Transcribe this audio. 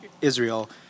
Israel